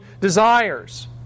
desires